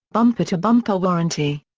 bumper-to-bumper warranty.